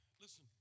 Listen